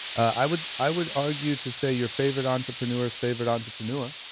i would i would argue to say your favorite entrepreneur's favorite entrepreneur,